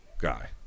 guy